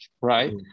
right